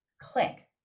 Click